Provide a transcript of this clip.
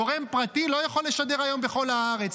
גורם פרטי לא יכול לשדר היום בכל הארץ.